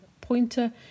pointer